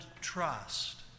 trust